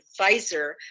Pfizer